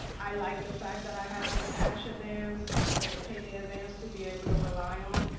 i liked the fact that i had the cash advance or the payday advance to be able to rely on.